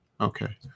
Okay